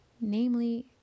namely